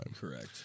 correct